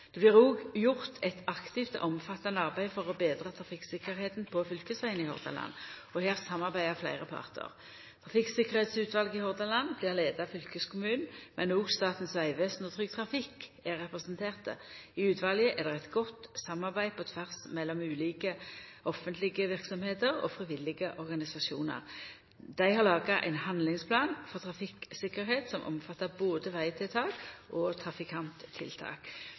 Det blir òg gjort eit aktivt og omfattande arbeid for å betra trafikktryggleiken på fylkesvegane i Hordaland, og her samarbeider fleire partar. Trafikktryggleiksutvalet i Hordaland blir leitt av fylkeskommunen, men òg Statens vegvesen og Trygg Trafikk er representerte. I utvalet er det eit godt samarbeid på tvers mellom ulike offentlege verksemder og frivillige organisasjonar. Dei har laga ein handlingsplan for trafikktryggleik som omfattar både vegtiltak og trafikanttiltak.